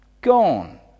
gone